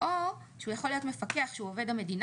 או שהוא יכול להיות מפקח שהוא עובד המדינה